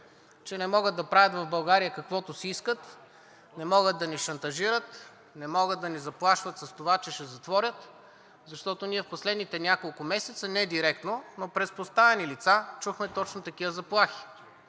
че не могат да правят в България каквото си искат, не могат да ни шантажират, не могат да ни заплашват с това, че ще затворят, защото ние последните няколко месеца не директно, но през подставени лица чухме точно такива заплахи